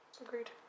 Agreed